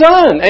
Son